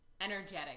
energetic